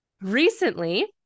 recently